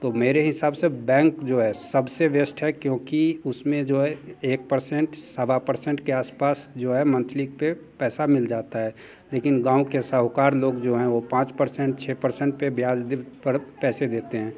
तो मेरे हिसाब से बैंक जो है सबसे बेस्ट है क्योंकि उसमें जो है एक पर्सेंट सवा पर्सेंट के आसपास जो है मंथली पे पैसा मिल जाता है लेकिन गाँव के साहूकार लोग जो हैं वो पाँच पर्सेंट छः परसेंट पे ब्याज दर पर पैसे देते हैं